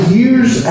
years